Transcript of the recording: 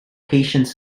patients